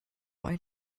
why